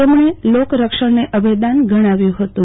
તેમણે લોકરક્ષણને અભયદાન ગણાવ્યું હતું